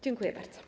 Dziękuję bardzo.